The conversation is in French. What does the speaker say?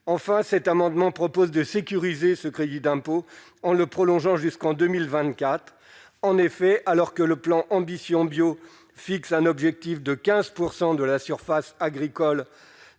enfin, cet amendement propose de sécuriser ce crédit d'impôt en le prolongeant jusqu'en 2024 en effet, alors que le plan Ambition bio fixe un objectif de 15 % de la surface agricole